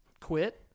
quit